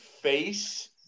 face